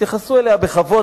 התייחסו אליה בכבוד.